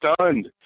stunned